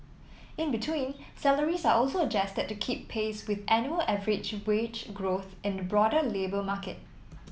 in between salaries are also adjusted to keep pace with annual average wage growth in the broader labour market